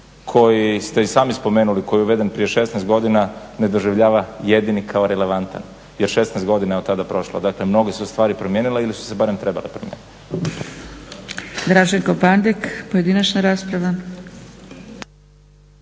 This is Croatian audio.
koji ste i sami spomenuli koji je uveden prije 16 godina ne doživljava jedini kao relevantan, jer 16 godina je od tada prošlo. Dakle, mnoge su se stvari promijenile ili su se barem trebale promijeniti.